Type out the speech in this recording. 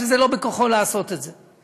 שאין בכוחו לעשות את זה.